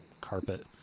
carpet